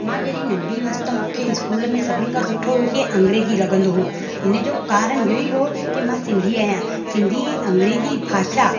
मां जॾहिं नंढी हुअसि त मूंखे स्कूल में सभिनि खां सुठो विषय अंग्रेजी लॻंदो हो हिन जो कारण इहो ई हो की मां सिंधी आहियां सिंधी अंग्रेजी भाषा